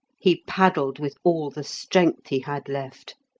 he paddled with all the strength he had left.